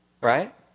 Right